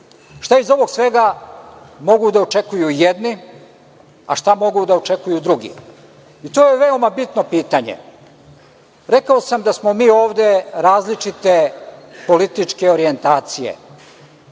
iz ovog svega mogu da očekuju jedni, a šta mogu da očekuju drugi i to je jedno veoma bitno pitanje. Rekao sam da smo mi ovde različite političke orijentacije.